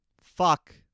fuck